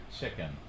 Chicken